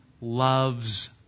loves